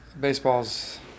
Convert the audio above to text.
Baseball's